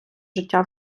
життя